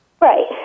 Right